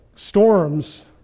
Storms